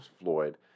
Floyd